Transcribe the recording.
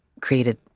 created